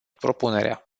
propunerea